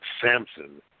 Samson